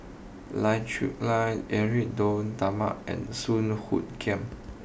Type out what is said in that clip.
Lai Talma and Soon Hoot Kiam